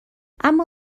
اما